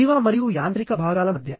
జీవ మరియు యాంత్రిక భాగాల మధ్య